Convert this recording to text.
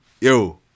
yo